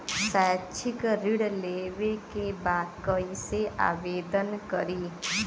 शैक्षिक ऋण लेवे के बा कईसे आवेदन करी?